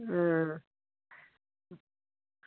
अं